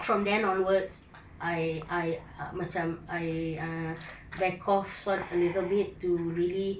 from then onwards I I macam I ah back off sort a little bit to really